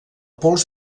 pols